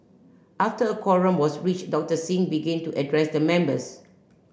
after a quorum was reached Doctor Singh begin to address the members